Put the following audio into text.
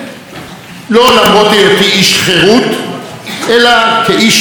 אלא כאיש חרות וכז'בוטינסקאי גאה,